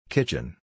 Kitchen